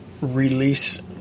release